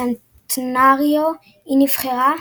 הסנטנאריו, היא נבחרה.